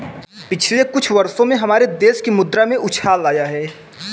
पिछले कुछ वर्षों में हमारे देश की मुद्रा में उछाल आया है